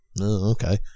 okay